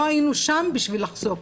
לא היינו שם בשביל לחסוך.